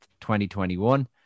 2021